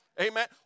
Amen